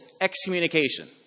excommunication